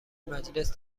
مجلس